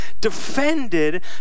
defended